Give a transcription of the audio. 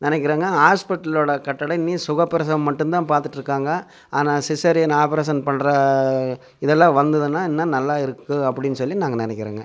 நினைக்கிறோங்க ஹாஸ்பிட்டலோட கட்டடம் இனி சுகப்பிரசவம் மட்டும் தான் பார்த்துட்ருக்காங்க ஆனால் சிசேரியன் ஆப்ரேசன் பண்ணுற இதெல்லாம் வந்துதுன்னா இன்னும் நல்லாயிருக்கும் அப்படின்னு சொல்லி நாங்கள் நினைக்கிறோங்க